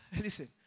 listen